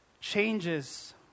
changes